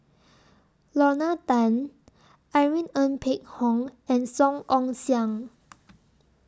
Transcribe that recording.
Lorna Tan Irene Ng Phek Hoong and Song Ong Siang